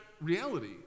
reality